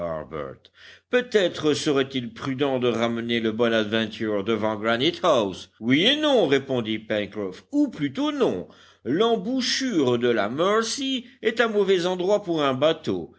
peut-être serait-il prudent de ramener le bonadventure devant granite house oui et non répondit pencroff ou plutôt non l'embouchure de la mercy est un mauvais endroit pour un bateau